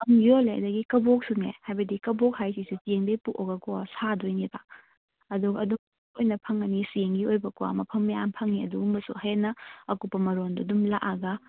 ꯌꯥꯝ ꯌꯣꯜꯂꯦ ꯑꯗꯒꯤ ꯀꯕꯣꯛꯁꯨꯅꯦ ꯍꯥꯏꯕꯗꯤ ꯀꯕꯣꯛ ꯍꯥꯏꯁꯤꯁꯨ ꯆꯦꯡꯗꯩ ꯄꯣꯛꯑꯒꯀꯣ ꯁꯥꯗꯣꯏꯅꯦꯕ ꯑꯗꯨ ꯑꯗꯨ ꯑꯣꯏꯅ ꯐꯪꯉꯅꯤ ꯆꯦꯡꯒꯤ ꯑꯣꯏꯕꯀꯣ ꯃꯐꯝ ꯃꯌꯥꯝ ꯐꯪꯉꯤ ꯑꯗꯨꯒꯨꯝꯕꯁꯨ ꯍꯦꯟꯅ ꯑꯀꯨꯞꯄ ꯃꯔꯣꯜꯗꯨ ꯑꯗꯨꯝ ꯂꯥꯛꯑꯒ